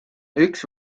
üks